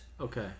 Okay